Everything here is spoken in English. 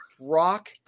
rock